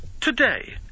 Today